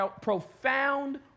profound